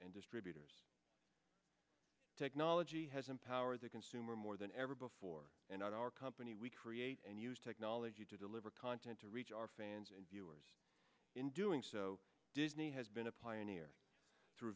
and distributors technology has empowered the consumer more than ever before in our company we create and use technology to deliver content to reach our fans and viewers in doing so disney has been a pioneer through